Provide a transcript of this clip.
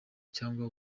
cyangwa